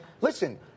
listen